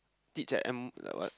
teach at M the what